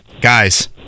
guys